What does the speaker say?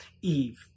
Eve